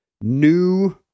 new